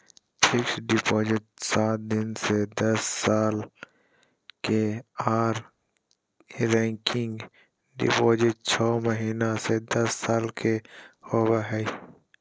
fixed deposit सात दिन से दस साल के आर रेकरिंग डिपॉजिट छौ महीना से दस साल के होबय हय